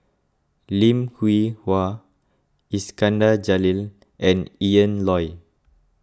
Lim Hwee Hua Iskandar Jalil and Ian Loy